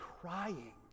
crying